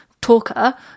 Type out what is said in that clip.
talker